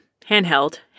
handheld